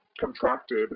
contracted